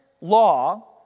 law